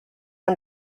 han